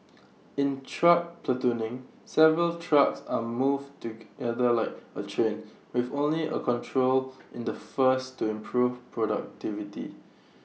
in truck platooning several trucks are move together like A train with only A control in the first to improve productivity